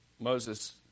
Moses